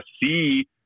see